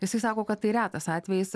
jisai sako kad tai retas atvejis